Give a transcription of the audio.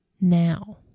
now